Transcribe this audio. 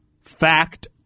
fact